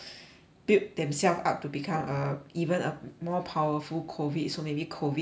build themselves up to become a even a more powerful COVID so maybe COVID ten